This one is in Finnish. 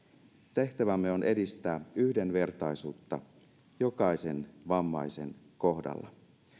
tehtävämme on edistää yhdenvertaisuutta jokaisen vammaisen kohdalla